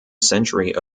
century